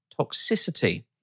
Toxicity